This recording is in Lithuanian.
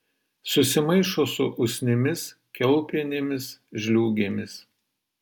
susimaišo su usnimis kiaulpienėmis žliūgėmis